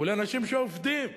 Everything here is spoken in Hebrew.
הוא לאנשים שעובדים.